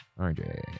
RJ